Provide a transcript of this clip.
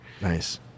nice